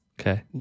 Okay